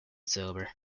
sober